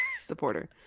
Supporter